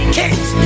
kids